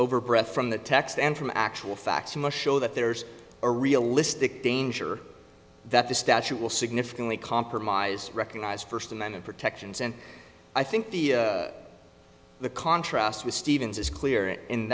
over breath from the text and from actual facts must show that there's a realistic danger that the statute will significantly compromise recognize first amendment protections and i think the contrast with stevens is clear in